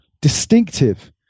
distinctive